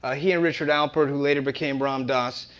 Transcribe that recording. ah he and richard alpert, who later became ram dass.